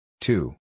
two